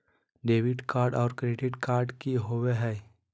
Debit card और credit card की होवे हय?